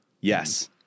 Yes